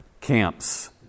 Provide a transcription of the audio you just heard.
camps